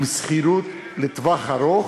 עם שכירות לטווח ארוך,